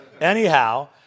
anyhow